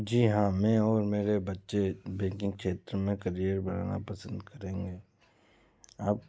जी हाँ मैं और मेरे बच्चे बैंकिंग क्षेत्र में कैरियर बनाना पसंद करेंगे अब